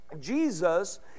jesus